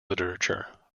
literature